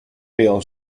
bail